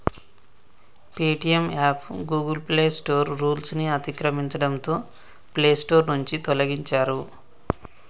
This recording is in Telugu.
Paytm app Google play store rules ని అతిక్రమించడంతో పేసోర్ నుంచి తొలగించారు